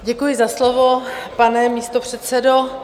Děkuji za slovo, pane místopředsedo.